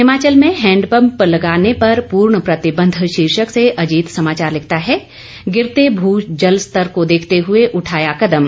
हिमाचल में हैंडपंप लगाने पर पूर्ण प्रतिबंध शीर्षक से अजीत समाचार लिखता है गिरने भू जल स्तर को देखते हुए उठाया कदम